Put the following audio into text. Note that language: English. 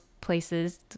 places